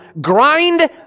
grind